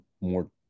more